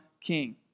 king